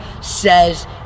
says